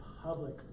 public